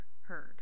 heard